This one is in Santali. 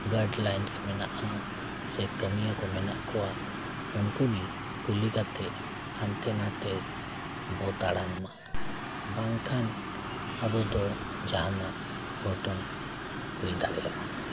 ᱜᱟᱭᱤᱰᱞᱟᱭᱤᱱᱥ ᱢᱮᱱᱟᱜᱼᱟ ᱥᱮ ᱠᱟᱹᱢᱤᱭᱟ ᱠᱚ ᱢᱮᱱᱟᱜ ᱠᱚᱣᱟ ᱩᱱᱠᱩ ᱜᱮ ᱠᱩᱞᱤ ᱠᱟᱛᱮ ᱦᱟᱱᱛᱮ ᱱᱟᱛᱮ ᱵᱚ ᱛᱟᱲᱟᱱ ᱢᱟ ᱵᱟᱝᱠᱷᱟᱱ ᱟᱵᱚ ᱫᱚ ᱡᱟᱦᱟᱱᱟᱜ ᱜᱷᱚᱴᱚᱱ ᱦᱩᱭ ᱫᱟᱲᱮᱭᱟᱠᱚᱣᱟ